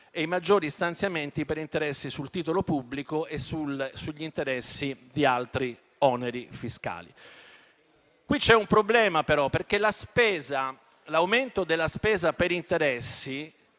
e i maggiori stanziamenti per interessi sui titoli pubblici e sugli interessi di altri oneri fiscali. Qui c'è un problema, però, perché l'aumento della spesa per interessi,